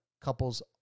couples